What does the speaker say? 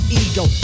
ego